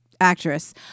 actress